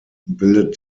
bildet